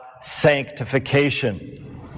sanctification